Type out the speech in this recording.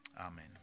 Amen